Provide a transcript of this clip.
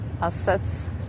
assets